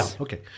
Okay